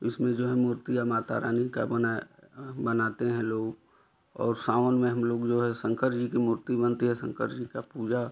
इसमें जो है मूर्तिया माता रानी का बना बनाते हैं लोग और सावन में हम लोग जो है शंकर जी के मूर्ति बनती है शंकर जी की पूजा